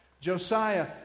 Josiah